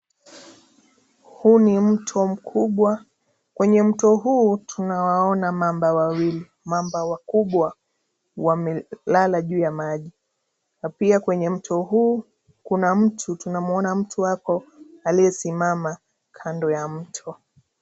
Huu ni mto mkubwa. Kwenye mto huu tunawaona mamba wawili. Mamba wakubwa wamelala juu ya maji, na pia kwenye mto huu kuna mtu, tunamwona mtu hapo aliyesimama kando ya mto.